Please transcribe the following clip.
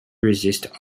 resist